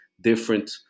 different